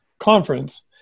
conference